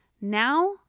Now